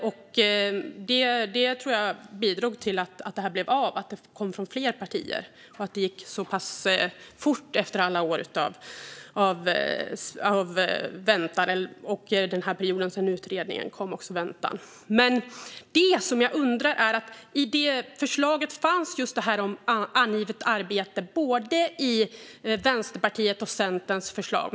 Detta - att det kom från fler partier - tror jag bidrog till att det här blev av och gick så pass fort efter alla år av väntan, även under perioden sedan utredningen kom. Just detta om angivet arbete fanns i både Vänsterpartiets och Centerns förslag.